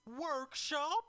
workshop